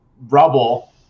rubble